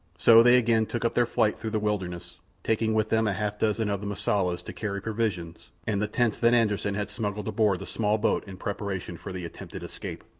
so they again took up their flight through the wilderness, taking with them a half-dozen of the mosulas to carry provisions and the tents that anderssen had smuggled aboard the small boat in preparation for the attempted escape.